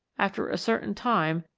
after a certain time,